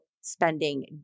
spending